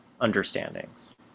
understandings